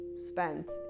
spent